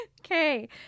Okay